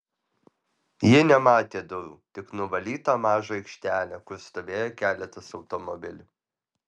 ji nematė durų tik nuvalytą mažą aikštelę kur stovėjo keletas automobilių